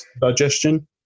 digestion